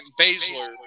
Baszler